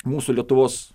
mūsų lietuvos